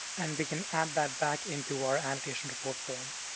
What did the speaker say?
and we can add that back into our annotation report form.